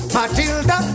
Matilda